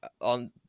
on